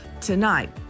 tonight